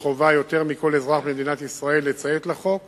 יש חובה יותר מלכל אזרח במדינת ישראל לציית לחוק